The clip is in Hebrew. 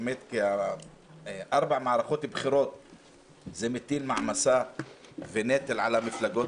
כי ארבע מערכות בחירות מטילות מעמסה ונטל על המפלגות,